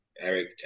Eric